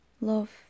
love